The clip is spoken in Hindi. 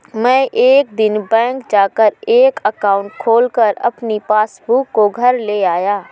मै एक दिन बैंक जा कर एक एकाउंट खोलकर अपनी पासबुक को घर ले आया